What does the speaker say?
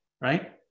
right